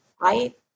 right